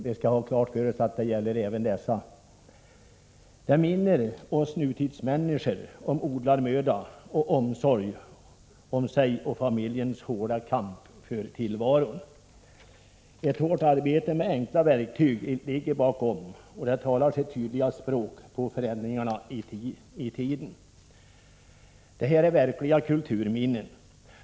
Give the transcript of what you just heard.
Det minner oss nutidsmänniskor om odlarmöda och omsorg om sig och familjen och om en hård kamp för tillvaron. Ett hårt arbete med enkla verktyg ligger bakom, och dessa fornlämningar talar sitt tydliga språk om hur tiderna förändras. Det gäller verkliga kulturminnen.